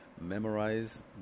memorize